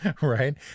Right